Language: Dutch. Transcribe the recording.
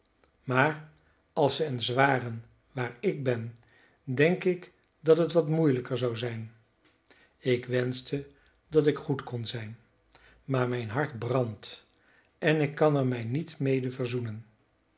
maar als ze eens waren waar ik ben denk ik dat het wat moeielijker zou zijn ik wenschte dat ik goed kon zijn maar mijn hart brandt en ik kan er mij niet mede verzoenen